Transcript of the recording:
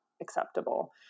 acceptable